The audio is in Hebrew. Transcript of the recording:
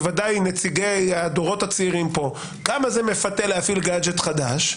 ודאי נציגי הדורות הצעירים פה כמה זה מפתה להפעיל גאדג' חדש,